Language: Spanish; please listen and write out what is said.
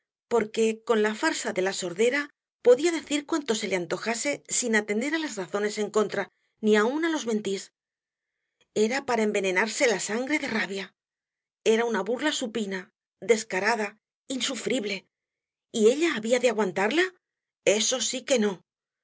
porque con la farsa de la sordera podía decir cuanto se le antojase sin atender á las razones en contra ni aun á los mentís era para envenenarse la sangre de rabia era una burla supina descarada insufrible y ella había de aguantarla eso sí que no la